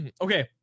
Okay